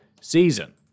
season